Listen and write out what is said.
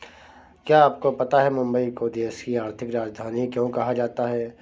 क्या आपको पता है मुंबई को देश की आर्थिक राजधानी क्यों कहा जाता है?